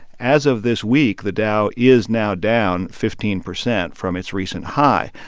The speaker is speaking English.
as of this week, the dow is now down fifteen percent from its recent high,